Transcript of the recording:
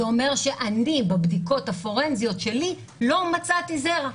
זה אומר שאני בבדיקות הפורנזיות שלי לא מצאתי זרע.